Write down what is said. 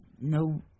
no